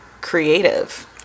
creative